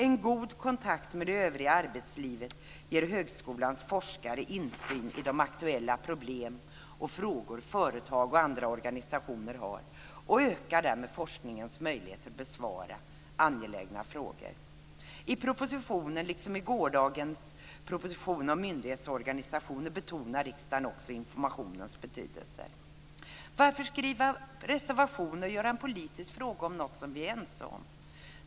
En god kontakt med det övriga arbetslivet ger högskolans forskare insyn i de aktuella problem och frågor företag och andra organisationer har och ökar därmed forskningens möjligheter att besvara angelägna frågor. I propositionen om myndighetsorganisation betonade regeringen också informationsfrågornas betydelse. Varför skriva reservationer och göra en politisk fråga om något som vi är ense om?